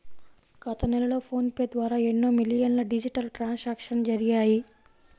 గత నెలలో PhonePe ద్వారా ఎన్నో మిలియన్ల డిజిటల్ ట్రాన్సాక్షన్స్ జరిగాయి